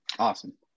Awesome